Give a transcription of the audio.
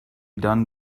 done